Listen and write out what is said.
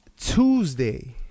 Tuesday